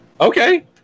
Okay